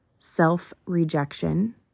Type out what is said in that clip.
self-rejection